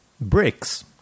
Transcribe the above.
bricks